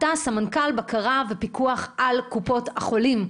סמנכ"ל בקרה ופיקוח על קופות החולים.